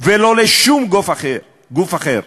ולא לשום גוף אחר,